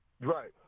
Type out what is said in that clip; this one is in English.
Right